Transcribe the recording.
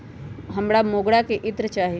हमरा मोगरा के इत्र चाही